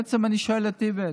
בעצם אני שואל את איווט: